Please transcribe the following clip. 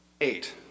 eight